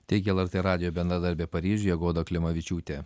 teigė lrt radijo bendradarbė paryžiuje goda klimavičiūtė